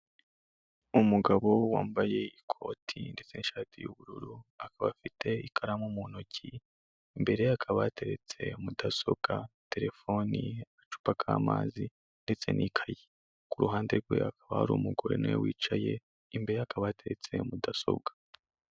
Umugabo wambaye ikoti ndetse n'ishati y'ubururu, akaba afite ikaramu mu ntoki, imbere ye hakaba yateretse mudasobwa, telefoni, agacupa k'amazi, ndetse n'ikayi, ku ruhande rwe hakaba hari umugore nawe wicaye, imbere ye hakaba hateretse mudasobwa.